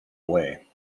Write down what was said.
away